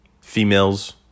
females